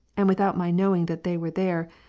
and without my knowing that they were there,